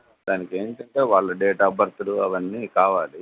దానికేంటంటే వాళ్ళ date of బర్త్లు అవన్నీ కావాలి